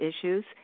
issues